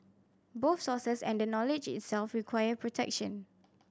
both sources and the knowledge itself require protection